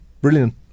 brilliant